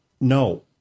No